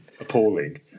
appalling